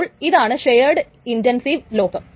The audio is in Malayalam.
അപ്പോൾ ഇതാണ് ഷെയർഡ് ഇൻന്റെൻസീവ് ലോക്ക്